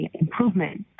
improvement